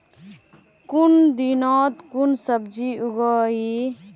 कुन दिनोत कुन सब्जी उगेई?